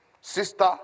Sister